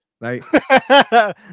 Right